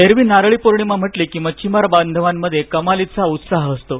एरव्ही नारळी पौर्णिमा म्हटली कि मच्छिमार बांधवामध्ये कमालीचा उत्साह असतो